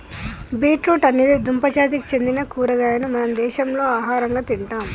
beet root అనేది దుంప జాతికి సెందిన కూరగాయను మన దేశంలో ఆహరంగా తింటాం